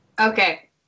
Okay